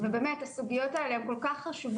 חוק